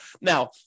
Now